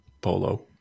polo